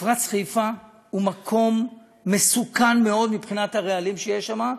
מפרץ חיפה הוא מקום מסוכן מאוד מבחינת הרעלים שיש שם,